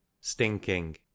stinking